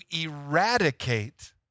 eradicate